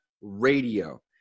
radio